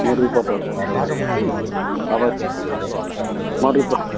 म रिपोर्टर बोलेको कि अब म रिपोर्टर